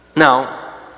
Now